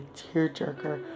tearjerker